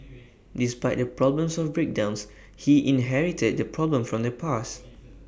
despite the problems of breakdowns he inherited the problem from the past